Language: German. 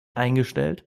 eingestellt